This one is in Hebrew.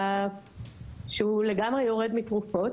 שהוא לגמרי יורד מתרופות.